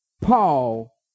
Paul